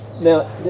Now